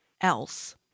else